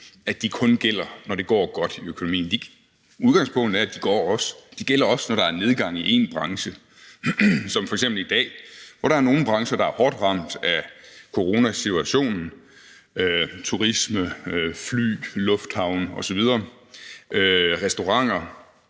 at de kun gælder, når det går godt i økonomien. Udgangspunktet er, at de også gælder, når der er nedgang i én branche som f.eks. i dag, hvor der er nogle brancher, der er hårdt ramt af coronasituationen – turisme, fly, lufthavne, restauranter